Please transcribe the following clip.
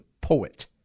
poet